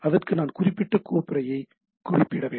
அதட்கு நான் குறிப்பிட்ட கோப்புறையைத் குறிப்பிட வேண்டும்